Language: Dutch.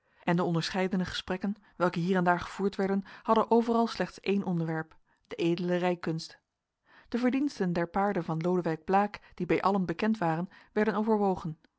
en de onderscheidene gesprekken welke hier en daar gevoerd werden hadden overal slechts één onderwerp de edele rijkunst de verdiensten der paarden van lodewijk blaek die bij allen bekend waren werden overwogen